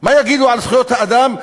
מה יגידו על זכויות האדם,